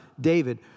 David